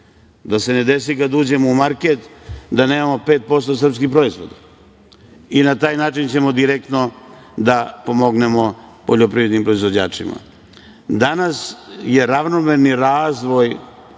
da se ne desi kada uđemo u market da nemamo 5% srpskih proizvoda i na taj način ćemo direktno da pomognemo poljoprivrednim proizvođačima. Danas je ravnomerni razvoj